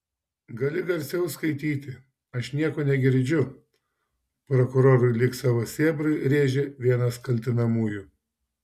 gali garsiau skaityti aš nieko negirdžiu prokurorui lyg savo sėbrui rėžė vienas kaltinamųjų